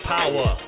Power